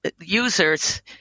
users –